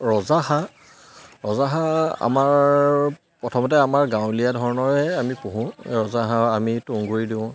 ৰজা হাঁহ ৰজা হাঁহ আমাৰ প্ৰথমতে আমাৰ গাঁৱলীয়া ধৰণৰে আমি পোহোঁ ৰজা হাঁহ আমি তুঁহগুৰি দিওঁ